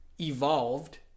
evolved